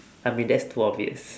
I mean that's twelve years